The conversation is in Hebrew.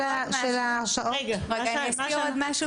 עוד משהו